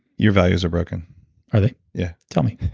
your values are broken are they? yeah tell me